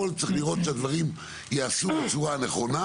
צריך לראות שהדברים ייעשו בצורה נכונה,